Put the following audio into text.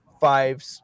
five